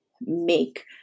make